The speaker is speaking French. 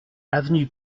avenue